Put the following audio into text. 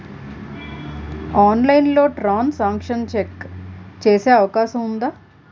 ఆన్లైన్లో transaction check చేసే అవకాశం ఉందా?